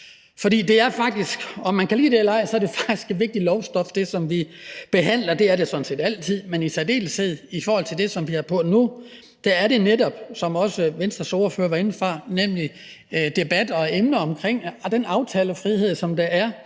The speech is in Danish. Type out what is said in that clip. for det er faktisk – om man kan lide det eller ej – vigtigt lovstof, som vi behandler. Det er det jo sådan set altid, men det er det i særdeleshed i forhold til det, som vi behandler nu, for det er netop, som Venstres ordfører var inde på, en debat om den aftalefrihed, som der er